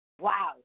wow